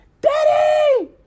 daddy